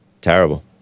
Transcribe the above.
Terrible